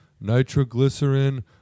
nitroglycerin